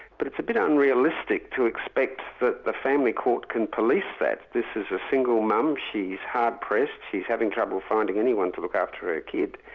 but it's a bit um unrealistic to expect that the family court can police that. this is a single mum, she's hard-pressed, she's having trouble finding anyone to look after her kid,